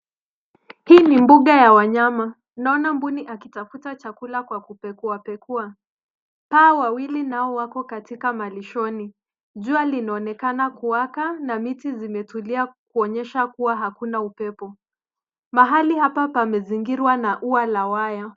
Hii ni mbuga ya wanyama. Naona mbuni akitafuta chakula kwa kupekua pekua. Paa wawili nao wako katika malishoni. Jua linaonekana kuwaka, na miti zimetulia kuonyesha kua hakuna upepo. Mahali hapa pamezingirwa na ua la waya.